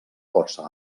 força